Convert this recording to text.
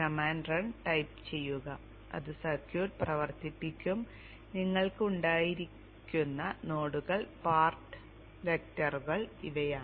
command run type ചെയ്യുക അത് circuit പ്രവർത്തിപ്പിക്കും നിങ്ങൾക്ക് ഉണ്ടായിരിക്കുന്ന നോഡുകൾ പാർട്ട് വെക്റ്ററുകൾ ഇവയാണ്